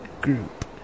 group